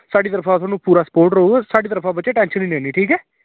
साढ़ी तरफा तुआनूं पूरा स्पोट रौह्ग साढ़ी तरफा दा बच्चे टैंशन निं लैनी ठीक ऐ